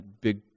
big